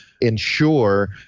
ensure